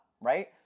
right